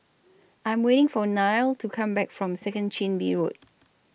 I'm waiting For Nile to Come Back from Second Chin Bee Road